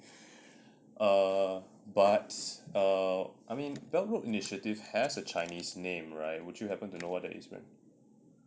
err but err I mean belt road initiative has a chinese name right would you happen to know what that is maybe